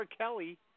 Kelly